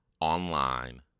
online